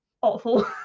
awful